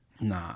Nah